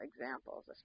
examples